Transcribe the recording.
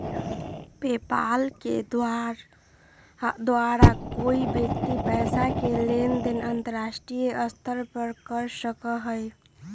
PayPal के द्वारा कोई व्यक्ति पैसा के लेन देन अंतर्राष्ट्रीय स्तर पर कर सका हई